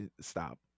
stop